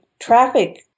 Traffic